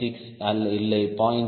56 இல்லை 0